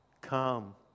Come